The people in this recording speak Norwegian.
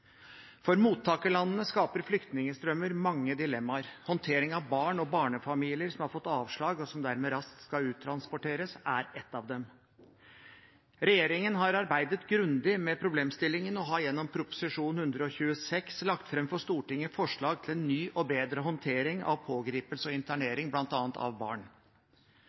For mottakerlandene skaper flyktningstrømmer mange dilemmaer. Håndtering av barn og barnefamilier som har fått avslag, og som dermed raskt skal uttransporteres, er ett av dem. Regjeringen har arbeidet grundig med problemstillingen og har gjennom Prop. 126 L for 2016–2017 lagt fram for Stortinget forslag til en ny og bedre håndtering av pågripelse og internering, bl.a. av barn.